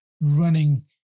running